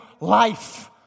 life